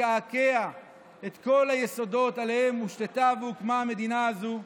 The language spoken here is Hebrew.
לקעקע את כל היסודות עליהם הושתתה והוקמה המדינה הזו.